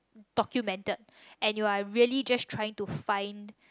documented and you are really just trying to find